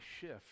shift